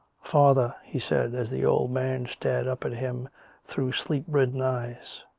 father, he said, as the old man stared up at him through sleep-ridden eyes,